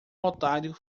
otário